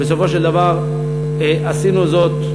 ובסופו של דבר עשינו זאת,